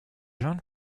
learned